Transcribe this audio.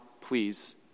please